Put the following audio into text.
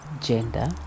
gender